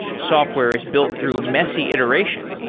software is built through messy iteration.